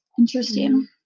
Interesting